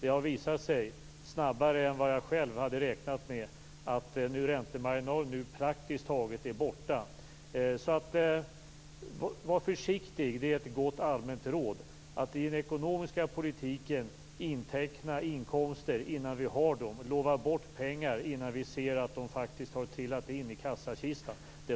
Det har visat sig, snabbare än vad jag själv hade räknat med, att räntemarginalen nu praktiskt taget är borta. Var alltså försiktig - det är ett gott allmänt råd - att i den ekonomiska politiken inteckna inkomster innan vi har dem, att lova bort pengar innan vi ser att de faktiskt har trillat in i kassakistan.